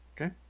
okay